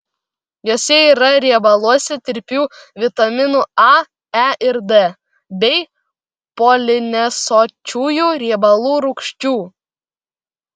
juose yra riebaluose tirpių vitaminų a e ir d bei polinesočiųjų riebalų rūgščių